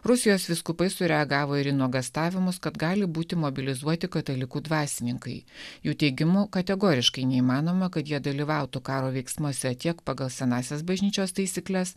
rusijos vyskupai sureagavo ir į nuogąstavimus kad gali būti mobilizuoti katalikų dvasininkai jų teigimu kategoriškai neįmanoma kad jie dalyvautų karo veiksmuose tiek pagal senąsias bažnyčios taisykles